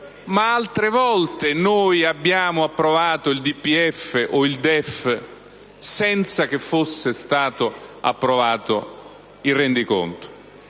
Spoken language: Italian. già altre volte è stato approvato il DPEF, o il DEF, senza che fosse stato approvato il rendiconto.